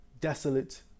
desolate